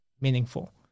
meaningful